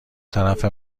طرف